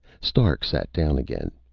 stark sat down again.